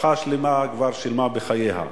משפחה שלמה כבר שילמה בחייה.